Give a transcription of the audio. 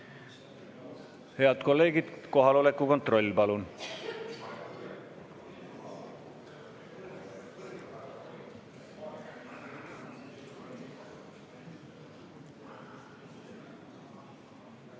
Head kolleegid, kohaloleku kontroll, palun!